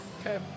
Okay